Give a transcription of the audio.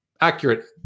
accurate